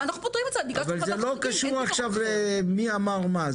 זה לא קשור למי אמר מה.